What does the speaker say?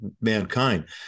mankind